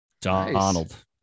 Donald